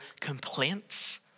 complaints